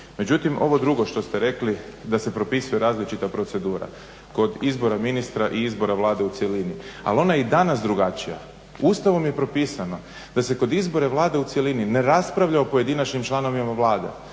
Međutim, ovo drugo što ste rekli da se propisuje različita procedura kod izbora ministra i izbora Vlade u cjelini. Ali ona je i danas drugačija. Ustavom je propisano da se kod izbora Vlade u cjelini ne raspravlja o pojedinačnim članovima Vlade,